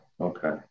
Okay